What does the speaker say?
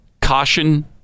caution